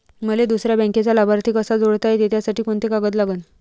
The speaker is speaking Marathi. मले दुसऱ्या बँकेचा लाभार्थी कसा जोडता येते, त्यासाठी कोंते कागद लागन?